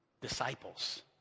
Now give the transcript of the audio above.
disciples